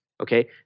Okay